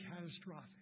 catastrophic